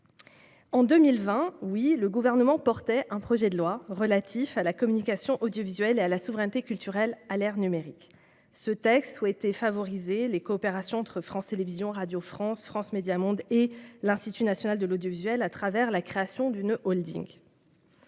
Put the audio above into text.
En 2020, c'est vrai, le Gouvernement avait présenté un projet de loi relatif à la communication audiovisuelle et à la souveraineté culturelle à l'ère numérique. Avec ce texte, il entendait favoriser les coopérations entre France Télévisions, Radio France, France Médias Monde (FMM) et l'Institut national de l'audiovisuel (INA) au travers de la création d'une holding.